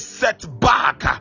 setback